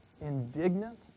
indignant